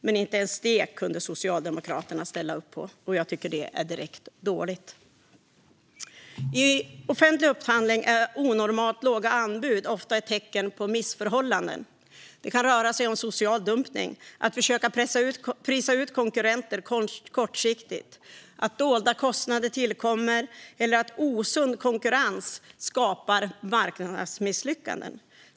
Men inte ens det kunde Socialdemokraterna ställa upp på, och jag tycker att det är direkt dåligt. I offentlig upphandling är onormalt låga anbud ofta ett tecken på missförhållanden. Det kan röra sig om social dumpning, om att försöka prisa ut konkurrenter kortsiktigt, om att dolda kostnader tillkommer eller om att osund konkurrens skapar marknadsmisslyckanden.